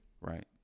right